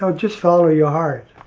so just follow your heart,